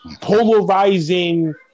polarizing